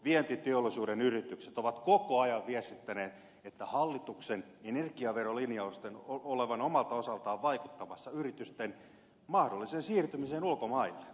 vientiteollisuuden yritykset ovat koko ajan viestittäneet hallituksen energiaverolinjausten olevan omalta osaltaan vaikuttamassa yritysten mahdolliseen siirtymiseen ulkomaille